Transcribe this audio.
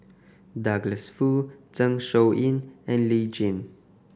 Douglas Foo Zeng Shouyin and Lee Jin